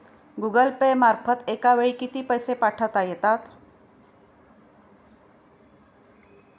Google Pay मार्फत एका वेळी किती पैसे पाठवता येतात?